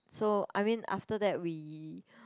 so I mean after that we